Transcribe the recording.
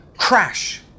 Crash